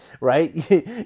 right